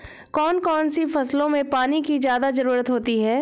कौन कौन सी फसलों में पानी की ज्यादा ज़रुरत होती है?